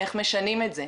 איך משנים את זה?